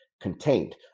contained